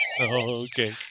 Okay